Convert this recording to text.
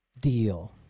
deal